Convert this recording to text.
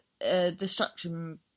Destruction